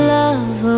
love